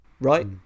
right